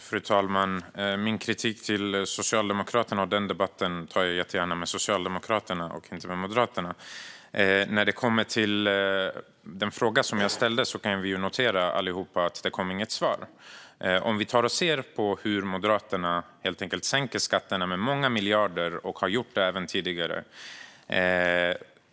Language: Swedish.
Fru talman! Debatten och min kritik mot Socialdemokraterna tar jag jättegärna med Socialdemokraterna och inte med Moderaterna. När det kommer till den fråga jag ställde kan vi allihop notera att det inte kom något svar. Vi ser hur Moderaterna vill sänka skatterna med många miljarder, och det har de även gjort tidigare.